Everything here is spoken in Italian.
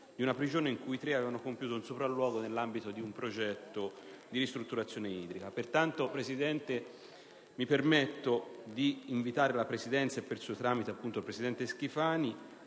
da una prigione in cui i tre avevano compiuto un sopralluogo nell'ambito di un progetto di ristrutturazione idrica. Pertanto, Presidente, mi permetto di invitare la Presidenza e, per suo tramite, il presidente Schifani